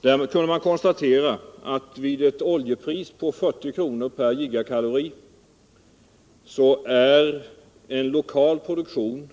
Där kunde man konstatera att vid ett oljepris på 40 kr. per gigakalori är en lokal produktion